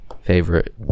favorite